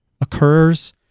occurs